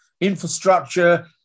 infrastructure